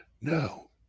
No